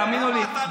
תאמינו לי,